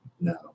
No